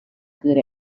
good